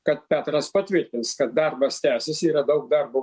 kad petras patvirtins kad darbas tęsiasi yra daug darbo